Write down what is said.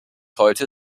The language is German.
heute